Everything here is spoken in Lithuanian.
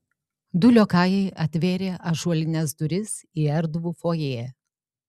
du liokajai atvėrė ąžuolines duris į erdvų fojė